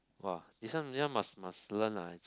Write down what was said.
!wah! this one this one must must learn lah